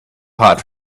hot